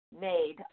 made